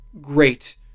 great